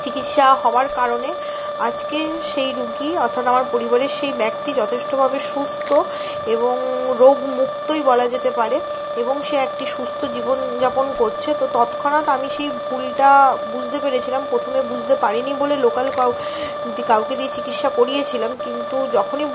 চিকিৎসা হওয়ার কারণে আজকে সেই রুগী অর্থাৎ আমার পরিবারের সেই ব্যক্তি যথেষ্টভাবে সুস্থ এবং রোগমুক্তই বলা যেতে পারে এবং সে একটি সুস্ত জীবনযাপন করছে তো তৎক্ষণাৎ আমি সেই ভুলটা বুঝতে পেরেছিলাম প্রথমে বুঝতে পারিনি বলে লোকাল কাউকে দিয়ে চিকিৎসা করিয়েছিলাম কিন্তু যখনই